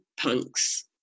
punks